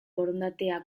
borondatea